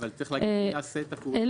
אבל צריך להגיד מי עושה את הפעולה.